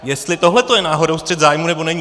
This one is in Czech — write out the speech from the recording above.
Jestli tohle je náhodou střet zájmů, nebo není.